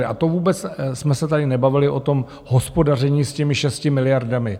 A to vůbec jsme se tady nebavili o tom hospodaření s těmi 6 miliardami.